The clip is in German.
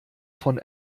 von